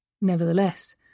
Nevertheless